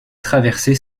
traverser